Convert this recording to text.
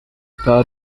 part